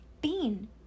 Bean